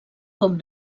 com